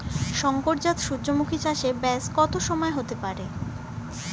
শংকর জাত সূর্যমুখী চাসে ব্যাস কত সময় হতে পারে?